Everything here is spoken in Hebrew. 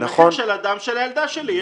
המחיר של הדם של הילדה שלי.